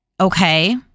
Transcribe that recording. Okay